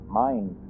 mind